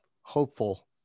hopeful